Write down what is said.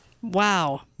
Wow